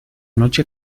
noche